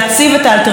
באומץ,